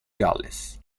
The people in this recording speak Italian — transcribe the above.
galles